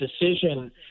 decision